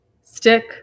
Stick